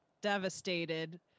devastated